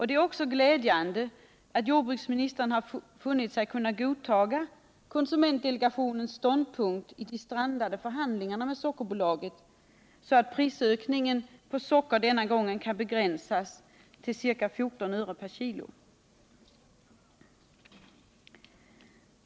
Det är också glädjande att jordbruksministern funnit sig kunna godta konsumentdelegationens ståndpunkt i de strandade förhandlingarna med Sockerbolaget, så att prisökningarna på socker denna gång kan begränsas till ca 14 öre per kilo.